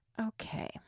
Okay